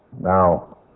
Now